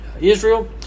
Israel